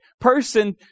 person